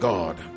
God